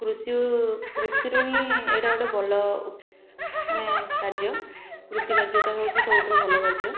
କୃଷିଉ କୃଷିରୁ ହିଁ ଏଇଟା ଗୋଟେ ଭଲ ଉପ ମାନେ କାର୍ଯ୍ୟ କୃଷି କାର୍ଯ୍ୟଟା ହେଉଛି ସବୁଠାରୁ ଭଲ କାର୍ଯ୍ୟ